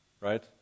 Right